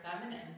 feminine